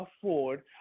afford